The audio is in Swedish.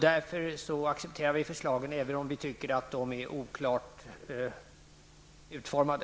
Därför accepterar vi förslagen, även om vi tycker att de är oklart utformade.